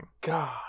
God